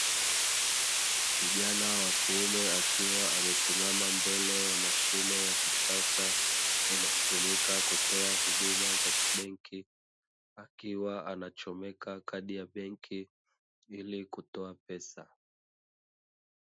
Kijana wa kiume akiwa amesimama mbele ya mashine ya kisasa inayotumika kutoa huduma za kibenki, akiwa anachomeka kadi ya benki ili kutoa pesa.